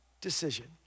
decision